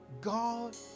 God